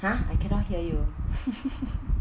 !huh! I cannot hear you